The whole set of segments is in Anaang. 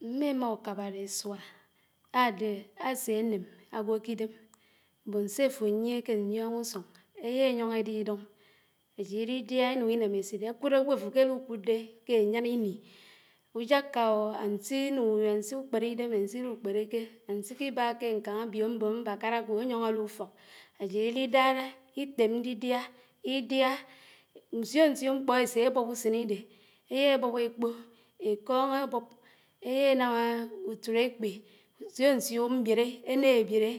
Mmémá ákábárísùá ádéhé áséném ágwó k’idém mbòn séfò ányié ké ñyióñ ùsùñ éyóñ édá ídúñ ájíd ídídíá ínáñ ínémésít, ákùd ágwò áfò kéhikùdé ké ányán íní ùjáòò ánsí ákpéré ídém ánsírùkpérékó, ánsíkíbá ké ñkáñ áblò mbòn mbákárá ákó áyóñ álí ùfòk, ájíd ídí dárá, ítém ñdidíá idiá, ñsíó ñsíó mkpó ésé bùb ùsénídé, éyá ébùb ékpò, ékóñ ábùb, éyá énám ùtù ékpé ñsió ñsió mbíré éná ébíré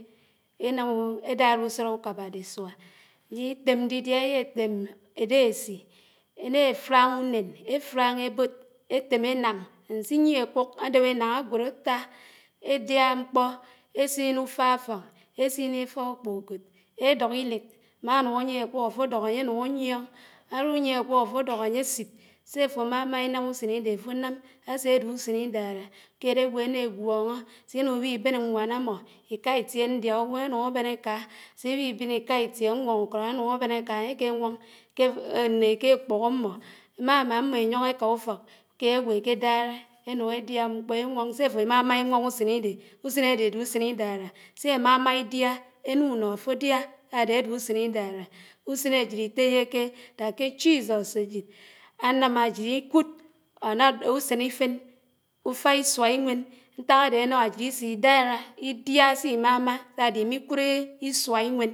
édárá ùsóró ùkà ùkábárísùá, ájid ítém ñdidíá éyá étém édésí éná éfráñ ùnén, éfáñ ébòd, étém énáñ ánsíyié ákùk àdéb énáñ ágwòd átá, édiá mkpó, ésínné ùfá áfóñ, ésínné ùfà ùkpòùkòd, édók íléd, ámánàñ ángié ákùk áfó ádok ányé ánùñ áyíóñ, áwíyíéhé ákúk áfó ádòk ányé ásib, sé áfò ámámá ínám úsénídé áfó ánám ásédé ùsén ídárá, ùkéd ágwò éná égwóñó, ñsínùñ íwí bén ñwán ámmó íká ítíé ñdiá ùwém ánùñ ábén áká, ñsíwí bén íká ítíé ñwóñ ùkód ánáñ ábén áká ányéké wóñ ñne ké ékpùk ámmó, ámámá ámmó ényóñó éká ùfók, ùkéd ágwò éké dárá énùñ édiá mkpó éwóñ sé áfò ámámá íwóñ ùsènidé, ùsènídédé ádé ùsén ídárá, ùsén ásíd ítéyéké dát ké Jesus ásíd ánám ásíd íkùd ùsén ífén, ùfá ísùá íwén, ñták ádé ánám ásíd ísídárá, ídíá s’mámá, sádé íníkùd ísùd́ íwén.